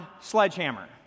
sledgehammer